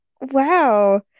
Wow